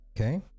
Okay